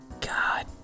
God